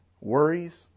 worries